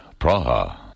Praha